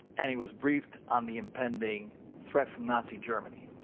and he was briefed on the impending threat from nazi germany.